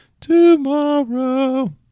tomorrow